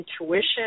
intuition